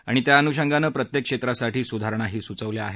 आणि त्याअनुषंगानं प्रत्येक क्षेत्रासाठी सुधारणाही सुचवल्या आहेत